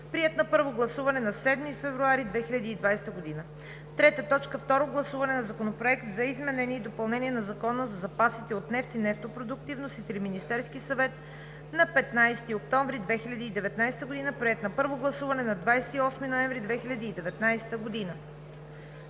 приет на първо гласуване на 7 февруари 2020 г; 3. Второ гласуване на Законопроекта за изменение и допълнение на Закона за запасите от нефт и нефтопродукти. Вносител: Министерският съвет на 15 октомври 2019 г., приет на първо гласуване на 28 ноември 2019 г.; 4.